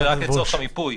רק לצורך המיפוי,